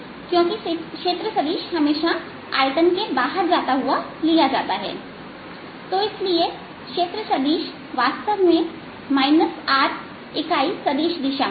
क्योंकि क्षेत्र सदिश हमेशा आयतन के बाहर जाता हुआ लिया जाता है तो इसलिए क्षेत्र सदिश वास्तव में r इकाई सदिश दिशा में है